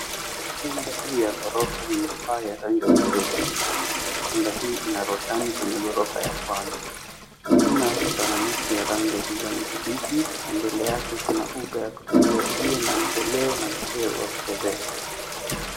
Nyumba hii ya ghorofa ina paa ya rangi ya hudhurungi. Nyumba hii ina roshani kwenye ghorofa ya kwanza. Nyuma yake pana miti ya rangi ya kijani kibichi, na mbele yake kuna uga ya kuchezea, iliyo na mteleo na mcheo wa kuchezea.